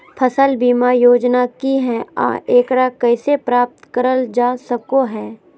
फसल बीमा योजना की हय आ एकरा कैसे प्राप्त करल जा सकों हय?